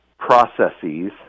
processes